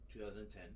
2010